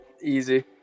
Easy